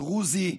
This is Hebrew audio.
דרוזי,